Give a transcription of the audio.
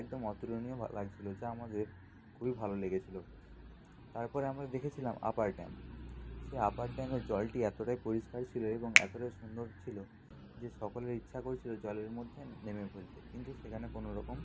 একদম অতুলনীয় বা লাগছিলো যা আমাদের খুবই ভালো লেগেছিলো তারপর আমরা দেখেছিলাম আপার ড্যাম সে আপার ড্যামের জলটি এতোটাই পরিষ্কার ছিলো এবং এতোটাই সুন্দর ছিলো যে সকলের ইচ্ছা করছিলো জলের মধ্যে নেমে ফেলতে কিন্তু সেখানে কোনো রকম